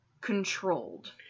controlled